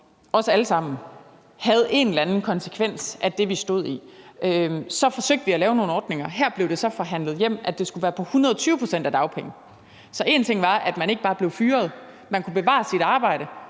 alle sammen en eller anden konsekvens af det, vi stod i. Så forsøgte vi at lave nogle ordninger. Her blev det så forhandlet hjem, at det skulle være på 120 pct. af dagpenge. Så én ting var, at man ikke bare blev fyret. Man kunne bevare sit arbejde.